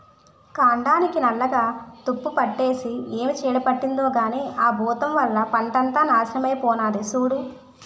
కాండానికి నల్లగా తుప్పుపట్టేసి ఏం చీడ పట్టిందో కానీ ఆ బూతం వల్ల పంటంతా నాశనమై పోనాది సూడూ